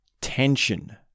tension